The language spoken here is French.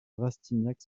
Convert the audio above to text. rastignac